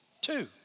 two